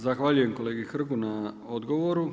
Zahvaljujem kolegi Hrgu na odgovoru.